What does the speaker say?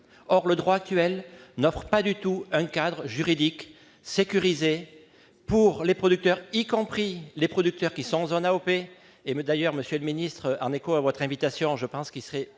au droit actuel, qui n'offre pas du tout de cadre juridique sécurisé pour les producteurs, pas même pour ceux qui sont en zone AOP. D'ailleurs, monsieur le ministre, en écho à votre invitation, je pense qu'il serait